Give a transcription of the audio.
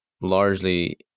largely